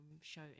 show